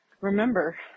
Remember